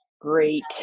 great